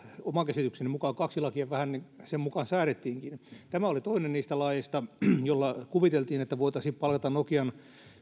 oman käsitykseni mukaan kaksi lakia vähän sen mukaan säädettiinkin toinen niistä laeista oli se mistä kuviteltiin että sillä voitaisiin saada nokian